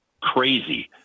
crazy